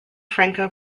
franco